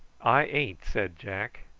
i ain't, said jack.